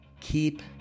keep